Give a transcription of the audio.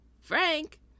Frank